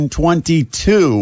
2022